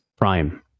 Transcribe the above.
Prime